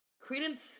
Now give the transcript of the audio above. Credence